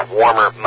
warmer